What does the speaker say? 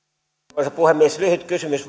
arvoisa puhemies lyhyt kysymys